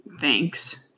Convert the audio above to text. thanks